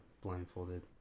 blindfolded